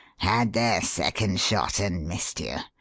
had their second shot and missed you!